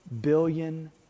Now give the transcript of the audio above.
billion